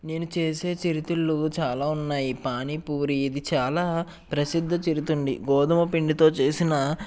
నేను చేసే చిరుతిళ్ళు చాలా ఉన్నాయి పానీ పూరి ఇది చాలా ప్రసిద్ధ చిరుతిండి గోధుమ పిండితో చేసిన